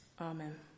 Amen